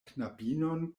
knabinon